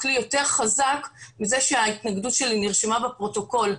כלי יותר חזק מזה שההתנגדות שלי נרשמה בפרוטוקול.